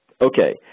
Okay